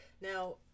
Now